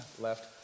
left